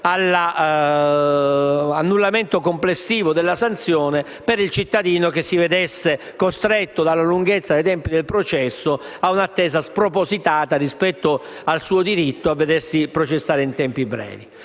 suo annullamento complessivo per il cittadino che si vedesse costretto dalla lunghezza dei tempi del processo a un'attesa spropositata rispetto al suo diritto a vedersi processare in tempi brevi.